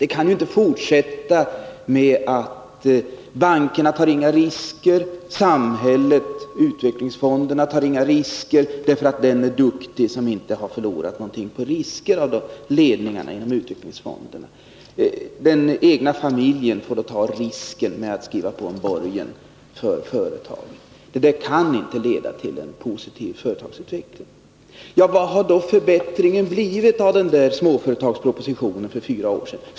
Vi kan inte fortsätta på detta sätt, så att bankerna inte tar några risker och att samhället och utvecklingsfonderna inte tar några risker därför att de inom utvecklingsfondernas ledningar som inte förlorat någonting genom risktagandet anses duktiga. Den egna familjen får ta risker genom att skriva på borgen för företagen. Detta kan inte leda till en positiv företagsutveckling. Vilken förbättring har då genomförandet av förslagen i småföretagarpropositionen lett till sedan den diskuterades för fyra år sedan?